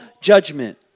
judgment